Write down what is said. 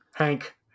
Hank